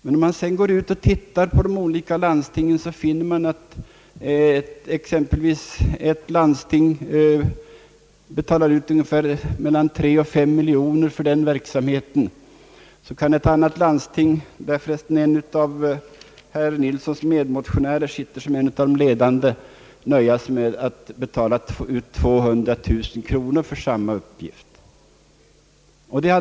Men om man sedan går ut och tittar på de olika landstingen finner man att exempelvis ett landsting betalar ut mellan 3 och 5 miljoner kronor för den verksamheten, medan ett annat landsting — där för resten en av herr Nilssons medmotionärer sitter som en av de ledande — nöjer sig med att betala ut 200 000 kronor för samma uppgift.